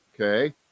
okay